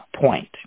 point